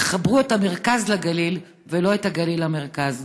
תחברו את המרכז לגליל ולא את הגליל למרכז.